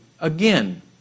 again